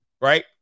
Right